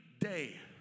day